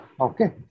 Okay